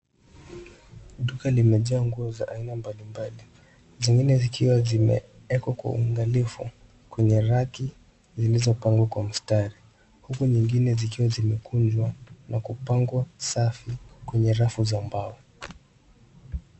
Duka limejaa nguo za aina mbalimbali zingine zikiwa kwa uangalifu kwenye raki zilizopangwa kwa mistari, huku zingine zikiwa zimekunjwa na kupangwa safi kwenye rafu za mbao.